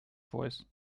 voice